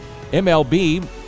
MLB